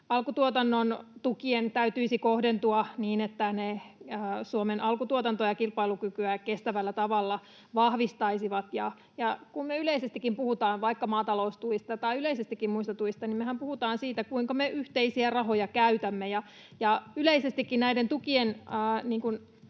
alkutuotannon tukien täytyisi kohdentua niin, että ne Suomen alkutuotantoa ja kilpailukykyä kestävällä tavalla vahvistaisivat. Ja kun me yleisestikin puhutaan vaikka maataloustuista tai yleisesti muistakin tuista, niin mehän puhutaan siitä, kuinka me yhteisiä rahoja käytämme. Yleisestikin näiden tukien